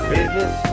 Business